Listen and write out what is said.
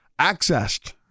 accessed